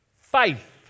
faith